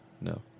No